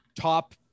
top